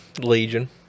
Legion